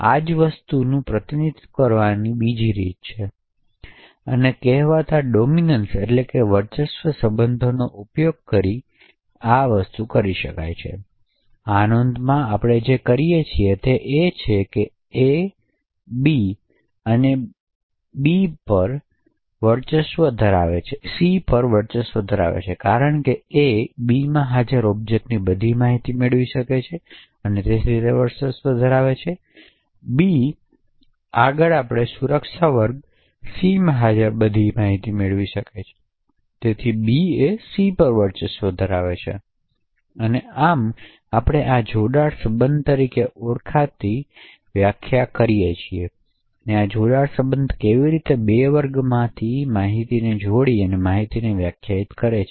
આ જ વસ્તુનું પ્રતિનિધિત્વ કરવાની બીજી રીત છે આ કહેવાતા વર્ચસ્વ સંબંધનો ઉપયોગ કરીને આ નોંધમાં આપણે જે કહીએ છીએ તે છે કે A બી અને બી પર વર્ચસ્વધરાવે છે કારણ કે એ બીમાં હાજર ઑબ્જેક્ટ્સની બધી માહિતી મેળવી શકે છે અને તેથી તે વર્ચસ્વધરાવે છે બી આગળ આપણે સુરક્ષા વર્ગ સીમાં હાજર બધી માહિતી મેળવી શકીએ છીએ અને તેથી બી સી પર વર્ચસ્વધરાવે છે આગળ આપણે જોડાણ સંબંધ તરીકે ઓળખાતી કંઈકને પણ વ્યાખ્યાયિત કરીએ છીએ તેથી આ જોડાણ સંબંધ કેવી રીતે બે વર્ગમાંથી માહિતી જોડીને માહિતીને વ્યાખ્યાયિત કરે છે